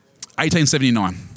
1879